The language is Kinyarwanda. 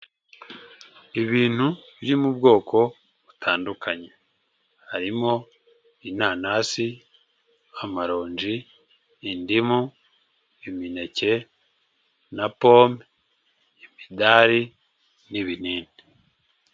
Ibintu byo mu bwoko butandukanye, harimo, inanasi, amaronji, indimu, imineke na pome, imidari n'ibinini.